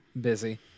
busy